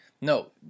No